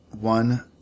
One